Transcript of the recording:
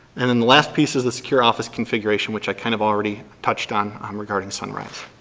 and then the last piece is the secure office configuration which i kind of already touched on um regarding sunrise.